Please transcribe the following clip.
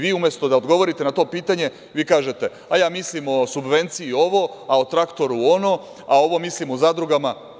Vi umesto da odgovorite na to pitanje, vi kažete – a ja mislim o subvenciji ovo, o traktoru ono, a ovo mislim o zadrugama.